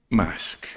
mask